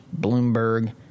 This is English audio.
Bloomberg